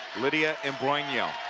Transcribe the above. lydia imbrogno